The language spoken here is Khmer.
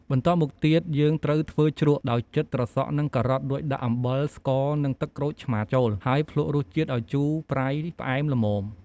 បន្ទាប់មកទៀត យើងត្រូវធ្វើជ្រក់ ដោយចិតត្រសក់នឹងការ៉ុត រួចដាក់អំបិល ស្ករ នឹងទឹកក្រូចឆ្មារចូល ហើយភ្លក្សរសជាតិឱ្យជូរប្រៃផ្អែមល្មម។